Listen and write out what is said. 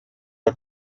are